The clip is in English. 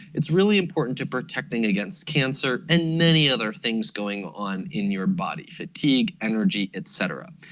it's really important to protecting against cancer and many other things going on in your body, fatigue, energy etc.